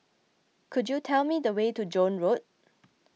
could you tell me the way to Joan Road